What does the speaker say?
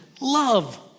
love